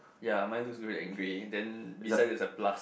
ya mine looks very angry then besides there is a plus